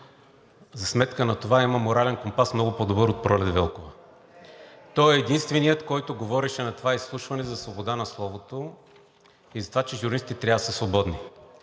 За сметка на това има много по-добър морален компас от Пролет Велкова. Той е единственият, който говореше на това изслушване за свобода на словото и за това, че журналистите трябва да са свободни,